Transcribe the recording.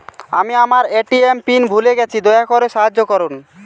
আমি আমার ATM PIN ভুলে গেছি, দয়া করে সাহায্য করুন